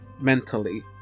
mentally